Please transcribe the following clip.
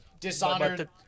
Dishonored